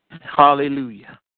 Hallelujah